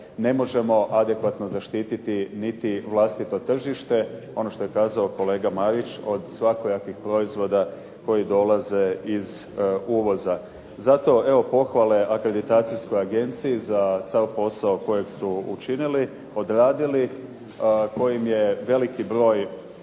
ne možemo adekvatno zaštiti niti vlastito tržište. Ono što je kazao kolega Marić od svakojakih proizvoda koji dolaze iz uvoza. Zato evo pohvale akreditacijskoj agenciji za sav posao koji su učinili, odradili, kojim je veliki broj